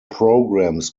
programs